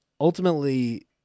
ultimately